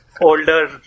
older